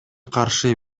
каршы